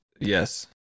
Yes